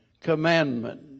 commandment